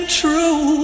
true